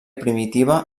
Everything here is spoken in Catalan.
primitiva